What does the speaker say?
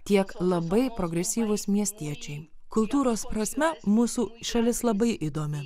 tiek labai progresyvūs miestiečiai kultūros prasme mūsų šalis labai įdomi